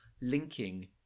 linking